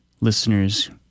listeners